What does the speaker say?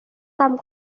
কাম